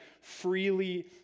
freely